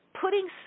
putting